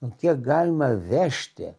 nu kiek galima vežti